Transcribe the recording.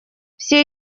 все